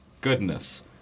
goodness